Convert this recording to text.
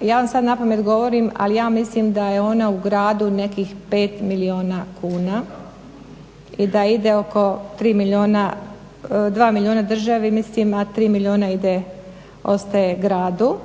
ja vam sad napamet govorim ali ja mislim da je ona u gradu nekih pet milijuna kuna i da ide oko dva milijuna državi mislim a tri milijuna ide, ostaje gradu,